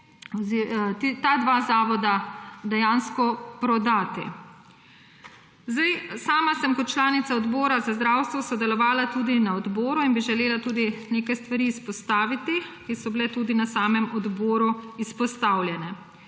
ta dva zavoda dejansko prodati. Sama sem kot članica Odbora za zdravstvo sodelovala na odboru in bi želela izpostaviti nekaj stvari, ki so bile tudi na samem odboru izpostavljene.